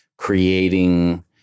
creating